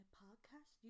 podcast